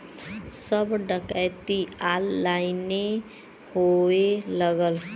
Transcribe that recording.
सब डकैती ऑनलाइने होए लगल